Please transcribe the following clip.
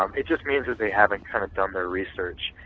um it just means that they haven't kind of done their research,